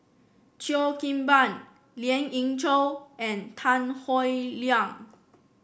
Cheo Kim Ban Lien Ying Chow and Tan Howe Liang